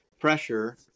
pressure